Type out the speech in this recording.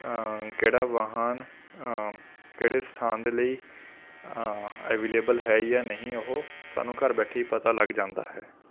ਕਿਹੜਾ ਵਾਹਨ ਕਿਹੜੇ ਸਥਾਨ ਦੇ ਲਈ ਐਵੀਲੇਵਲ ਹੈ ਜਾਂ ਨਹੀਂ ਉਹ ਸਾਨੂੰ ਘਰ ਬੈਠੇ ਹੀ ਪਤਾ ਲੱਗ ਜਾਂਦਾ ਹੈ